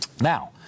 Now